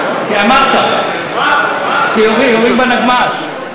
כי אמרת שיורים, יורים בנגמ"ש.